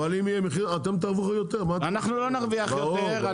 אבל אם יהיה מחיר אתם תרוויחו יותר אנחנו לא נרוויח יותר.